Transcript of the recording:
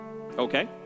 Okay